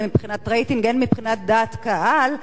הן מבחינת רייטינג והן מבחינת דעת קהל,